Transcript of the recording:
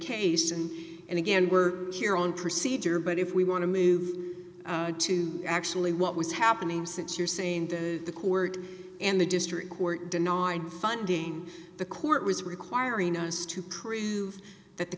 case and and again we're here on procedure but if we want to move to actually what was happening since you're saying that the court and the district court denied funding the court was requiring us to prove that the